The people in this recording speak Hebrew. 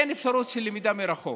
אין אפשרות של למידה מרחוק.